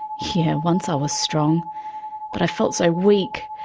yeah, once i was strong but i felt so weak,